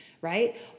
right